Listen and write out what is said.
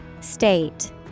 State